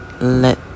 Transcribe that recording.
Let